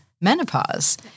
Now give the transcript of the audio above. menopause